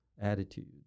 attitude